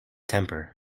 temper